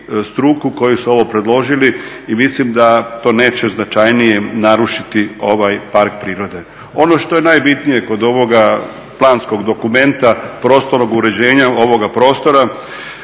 struku koja je ovo predložila i mislim da to neće značajnije narušiti ovaj park prirode. Ono što je najbitnije kod ovog planskog dokumenta prostornog uređenja ovoga prostora